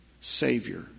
Savior